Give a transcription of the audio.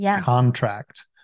contract